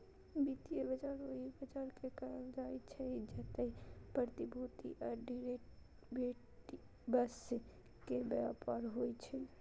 वित्तीय बाजार ओहि बाजार कें कहल जाइ छै, जतय प्रतिभूति आ डिरेवेटिव्स के व्यापार होइ छै